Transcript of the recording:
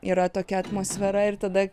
yra tokia atmosfera ir tada